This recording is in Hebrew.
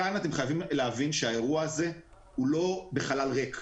כאן אתם חייבים להבין שהאירוע הזה הוא לא בחלל ריק,